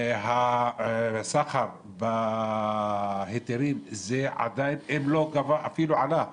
הסחר בהיתרים אפילו עלה,